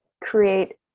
create